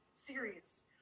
serious